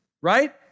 right